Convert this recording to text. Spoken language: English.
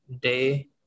day